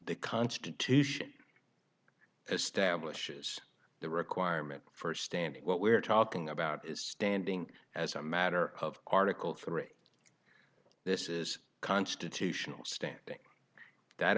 the constitution establishes the requirement for standing what we're talking about is standing as a matter of article three this is constitutional standing that